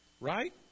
Right